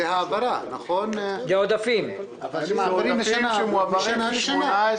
עודפים שמועברים מ-18',